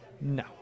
No